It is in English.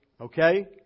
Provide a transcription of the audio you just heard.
okay